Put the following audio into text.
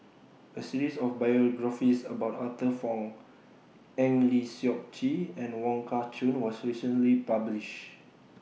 A series of biographies about Arthur Fong Eng Lee Seok Chee and Wong Kah Chun was recently published